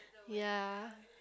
ya